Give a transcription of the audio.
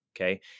Okay